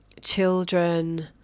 children